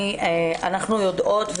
אנחנו יודעות,